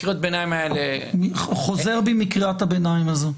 קריאות הביניים האלה --- חוזר בי מקריאת הביניים הזו.